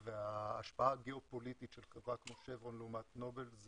וההשפעה הגיאופוליטית של חברת כמו שברון לעומת נובל,